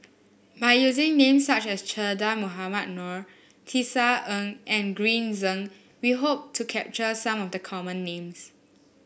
by using names such as Che Dah Mohamed Noor Tisa Ng and Green Zeng we hope to capture some of the common names